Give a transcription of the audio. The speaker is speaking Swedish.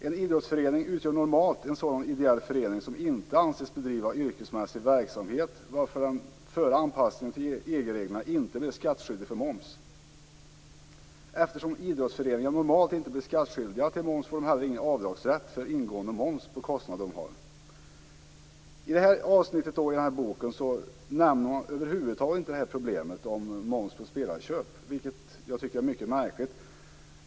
En idrottsförening utgör normalt en sådan ideell förening som inte anses bedriva yrkesmässig verksamhet, varför den före anpassningen till EG-reglerna inte blir skattskyldig för moms. Eftersom idrottsföreningar normalt inte blir skattskyldiga för moms får de heller ingen avdragsrätt för ingående moms på kostnader som de har. I det här avsnittet nämner man över huvud taget inte problemet om moms på spelarköp, vilket jag tycker är mycket märkligt.